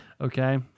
Okay